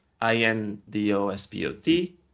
I-N-D-O-S-P-O-T